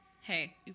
Hey